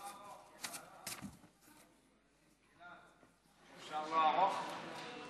בבקשה, עד שלוש דקות.